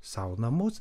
sau namus